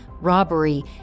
robbery